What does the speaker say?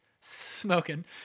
smoking